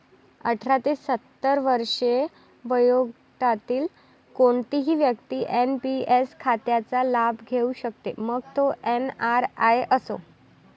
अठरा ते सत्तर वर्षे वयोगटातील कोणतीही व्यक्ती एन.पी.एस खात्याचा लाभ घेऊ शकते, मग तो एन.आर.आई असो